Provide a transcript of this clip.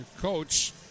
Coach